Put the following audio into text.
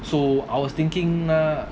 so I was thinking lah